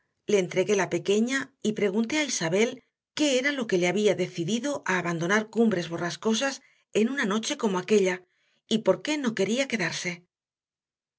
le entregué la pequeña y pregunté a isabel qué era lo que le había decidido a abandonar cumbres borrascosas en una noche como aquella y por qué no quería quedarse